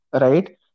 right